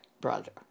brother